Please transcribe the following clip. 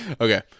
Okay